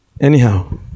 anyhow